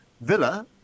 Villa